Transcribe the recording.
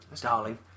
Darling